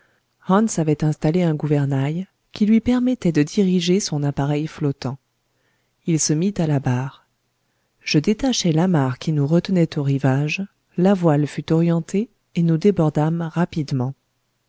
avait installé un gouvernail qui lui permettait de diriger son appareil flottant il se mit à la barre je détachai l'amarre qui nous retenait au rivage la voile fut orientée et nous débordâmes rapidement